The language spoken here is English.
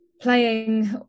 playing